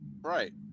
Right